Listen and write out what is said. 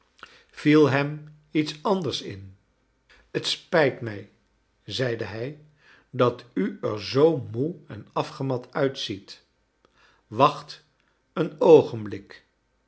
viel hem lets anders in het spijt mi zeide hij dat u er zoo moe en afgemat uitziet wacht een oogenblik